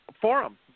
forum